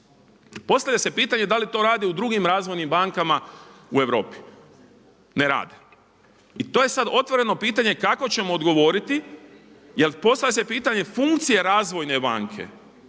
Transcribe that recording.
Postavlja se pitanje da li to rade u drugim razvojnim bankama u Europi? Ne rade. I to je sada otvoreno pitanje kako ćemo odgovoriti jel postavlja se pitanje funkcije razvojne banke